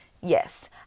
Yes